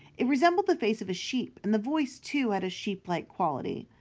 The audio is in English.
it resembled the face of a sheep, and the voice, too, had a sheep-like quality.